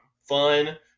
fun